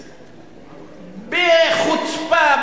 בחוצפה,